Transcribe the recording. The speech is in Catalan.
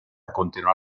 continuar